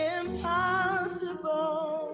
impossible